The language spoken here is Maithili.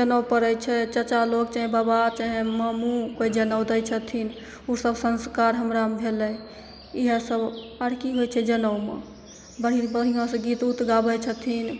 जनउ पड़ै छै चाचा लोक चाहे बबा चाहे मामू कोइ जनउ दै छथिन ओसब सँस्कार हमरामे भेलै इएहसब आओर कि होइ छै जनउमे बढ़ि बढ़िआँसे गीत उत गाबै छथिन